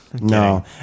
No